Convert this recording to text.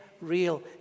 real